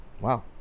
Wow